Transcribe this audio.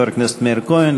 חבר הכנסת מאיר כהן,